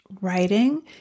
writing